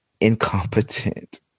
incompetent